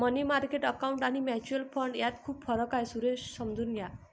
मनी market account आणि mutual fund यात खूप फरक आहे, सुरेश समजून घ्या